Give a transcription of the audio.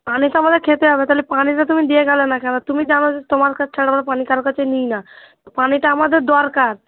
পানি তো আমাদের খেতে হবে তালে পানি তো তুমি দিয়ে গেলে না কেন তুমি জানো যে তোমার কাছ ছাড়া আমরা পানি কারো কাছে নিই না তো পানিটা আমাদের দরকার